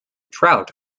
trout